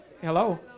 Hello